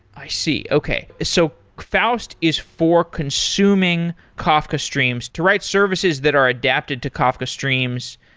i see. okay. so faust is for consuming kafka streams to write services that are adapted to kafka streams.